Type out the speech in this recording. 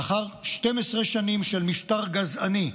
לאחר 12 שנים של משטר גזעני,